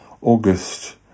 august